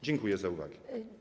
Dziękuję za uwagę.